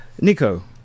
Nico